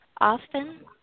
Often